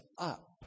up